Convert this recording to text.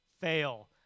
fail